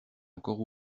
encore